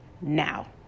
now